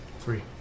Three